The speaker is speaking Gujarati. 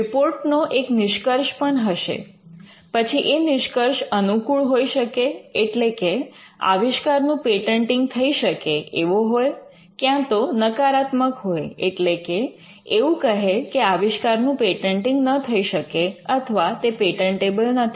રિપોર્ટનો એક નિષ્કર્ષ પણ હશે પછી એ નિષ્કર્ષ અનુકૂળ હોઈ શકે એટલે કે આવિષ્કાર નું પેટન્ટિંગ થઈ શકે એવો હોય ક્યાં તો નકારાત્મક હોય એટલે કે એવું કહે કે આવિષ્કારનું પેટન્ટિંગ ન થઈ શકે અથવા તે પેટન્ટેબલ નથી